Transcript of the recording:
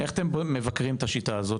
--- איך אתם מבקרים את השיטה הזאת,